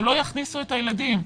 שלא יכניסו את הילדים,